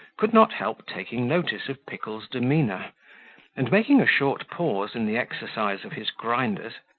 could not help taking notice of pickle's demeanour and, making a short pause in the exercise of his grinders,